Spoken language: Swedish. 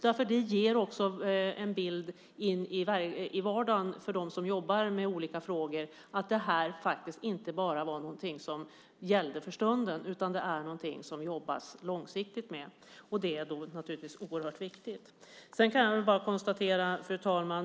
Det ger också en bild till dem som jobbar med olika frågor i vardagen att detta inte bara är någonting som gäller för stunden utan att det är någonting som jobbas långsiktigt med. Det är oerhört viktigt. Fru talman!